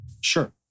Sure